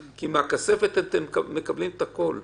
כי מהכספת אתם מקבלים את הכל.